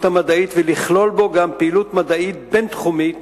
המדעית ולכלול בו גם פעילות מדעית בין-תחומית